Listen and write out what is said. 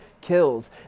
kills